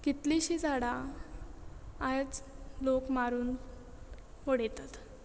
कितलीशीं झाडां आयज लोक मारून उडयतात